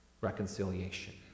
reconciliation